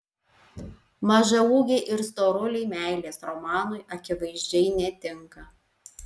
mažaūgiai ir storuliai meilės romanui akivaizdžiai netinka